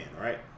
right